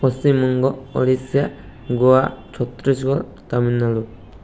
Paschimbanga Odisha Goa Chhattisgarh Tamil Nadu